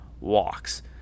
walks